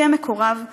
כמקורב לשר.